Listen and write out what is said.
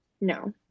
no